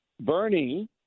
Bernie